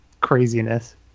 craziness